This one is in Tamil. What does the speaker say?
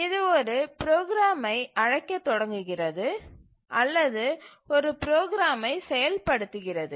இது ஒரு ப்ரோக்ராமை அழைக்க தொடங்குகிறது அல்லது ஒரு ப்ரோக்ராமை செயல்படுத்துகிறது